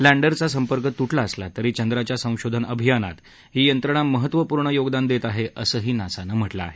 लँडरचा संपर्क तुटला असला तरी चंद्राच्या संशोधन अभियानात ही यंत्रणा महत्त्वपूर्ण योगदान देत आहे असंही नासानं म्हटलं आहे